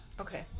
Okay